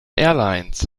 airlines